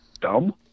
dumb